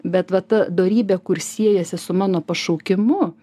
bet va ta dorybė kur siejasi su mano pašaukimu